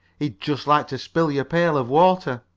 he'd just like to spill your pail of water.